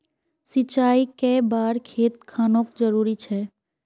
सिंचाई कै बार खेत खानोक जरुरी छै?